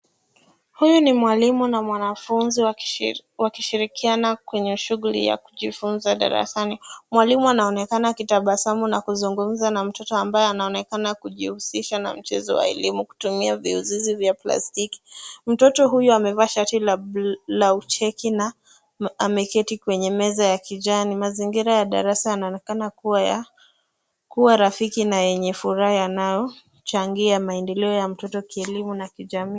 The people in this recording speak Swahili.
Huyu ni mwalimu na mwanafunzi wakishirikiana kwenye shughuli ya kujifunza darasani. Mwalimu anaonekana akitabasamu na kuzungumza na mtoto ambaye anaonekana kujihusisha na michezo wa elimu kutumia viuzizi vya plastiki. Mtoto huyu amevaa shati la ucheki na ameketi kwenye meza ya kijani. Mazingira ya darasa yanaonekana kuwa ya kuwa rafiki na yenye furaha yanayochangia maendeleo ya mtoto kielimu na kijamii.